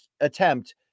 attempt